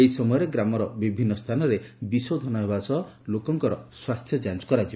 ଏହି ସମୟରେ ଗ୍ରାମର ବିଭିନୁ ସ୍ଚାନରେ ବିଶୋଧନ ହେବା ସହ ଲୋକଙ୍କର ସ୍ୱାସ୍ଥ୍ୟ ଯାଞ୍ଚ ହେବ